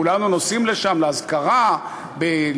כולנו נוסעים לשם לאזכרה לבן-גוריון,